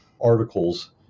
articles